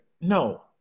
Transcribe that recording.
No